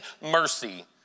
mercy